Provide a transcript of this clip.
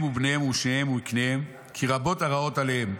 הם ובניהם ונשיהם ומקניהם כי רבו הרעות עליהם.